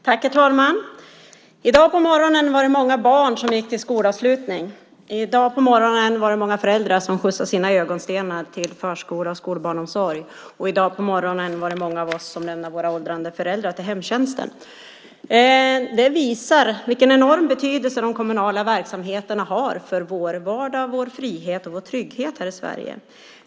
Herr talman! I dag på morgonen var det många barn som gick till skolavslutning. I dag på morgonen var det många föräldrar som skjutsade sina ögonstenar till förskola och skolbarnsomsorg. Och i dag på morgonen var det många av oss som lämnade våra åldrande föräldrar till hemtjänsten. Det visar vilken enorm betydelse som de kommunala verksamheterna har för vår vardag, för vår frihet och för vår trygghet här i Sverige.